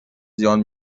زیان